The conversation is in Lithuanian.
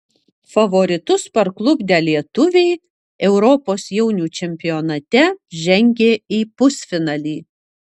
favoritus parklupdę lietuviai europos jaunių čempionate žengė į pusfinalį